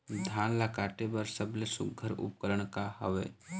धान ला काटे बर सबले सुघ्घर उपकरण का हवए?